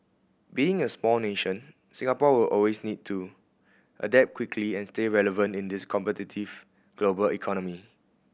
being a small nation Singapore will always need to adapt quickly and stay relevant in this competitive global economy